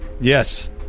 Yes